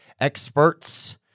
experts